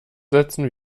setzen